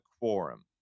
quorum